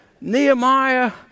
Nehemiah